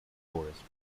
forestry